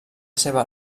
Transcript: seva